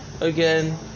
again